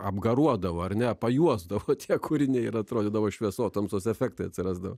apgaruodavo ar ne pajuosdavo tie kūriniai ir atrodydavo šviesotamsos efektai atsirasdavo